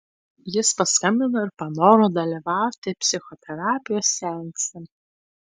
jis paskambino ir panoro dalyvauti psichoterapijos seanse